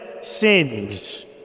sins